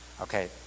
Okay